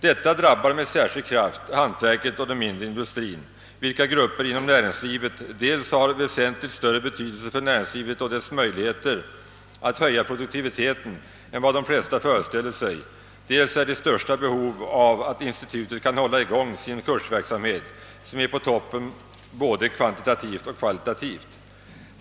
Detta drabbar med särskild kraft hantverket och den mindre industrin, vilka grupper inom näringslivet dels har väsentligt större betydelse för näringslivet och dess möjligheter att höja produktiviteten än vad de flesta föreställer sig, dels är i största behov av att institutet kan hålla i gång en kursverksamhet, som är på toppen både kvantitativt och kvalitativt.